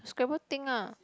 scrabble thing ah